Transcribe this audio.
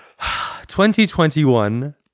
2021